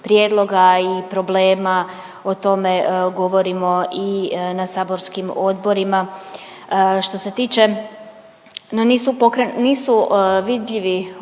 prijedloga i problema, o tome govorimo i na saborskim odborima. Što se tiče nisu vidljivi među